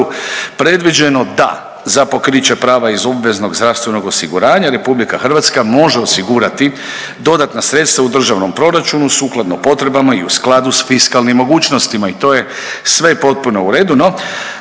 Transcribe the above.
predviđeno da za pokriće prava iz obveznog zdravstvenog osiguranja RH može osigurati dodatna sredstva u državnom proračunu sukladno potrebama i u skladu s fiskalnim mogućnostima i to je sve potpuno u redu, no